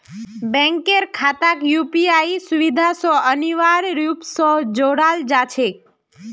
बैंकेर खाताक यूपीआईर सुविधा स अनिवार्य रूप स जोडाल जा छेक